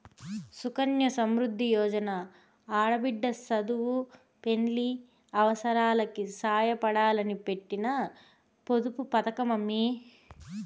సుకన్య సమృద్ది యోజన ఆడబిడ్డ సదువు, పెండ్లి అవసారాలకి సాయపడాలని పెట్టిన పొదుపు పతకమమ్మీ